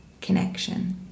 connection